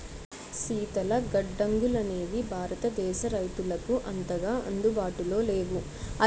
శీతల గడ్డంగులనేవి భారతదేశ రైతులకు అంతగా అందుబాటులో లేవు